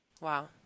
Wow